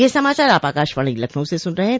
ब्रे क यह समाचार आप आकाशवाणी लखनऊ से सुन रहे हैं